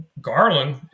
Garland